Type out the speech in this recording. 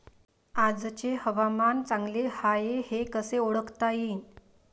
आजचे हवामान चांगले हाये हे कसे ओळखता येईन?